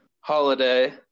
holiday